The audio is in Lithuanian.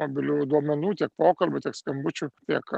mobiliųjų duomenų tiek pokalbių tiek skambučių tiek